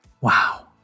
Wow